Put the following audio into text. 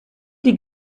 die